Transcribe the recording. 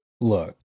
look